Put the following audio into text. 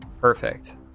perfect